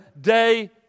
day